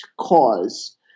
cause